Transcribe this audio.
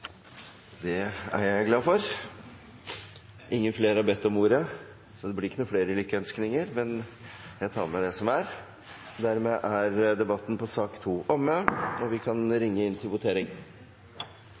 Det er jeg glad for. Flere har ikke bedt om ordet til sak nr. 2, så det blir ikke noen flere lykkønskninger. Men jeg tar med meg det som er!